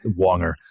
Wonger